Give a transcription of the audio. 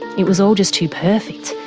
it was all just too perfect,